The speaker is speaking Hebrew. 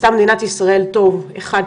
עשתה מדינת ישראל טוב אחד,